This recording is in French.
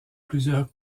plusieurs